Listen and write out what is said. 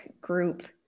group